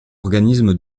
organisme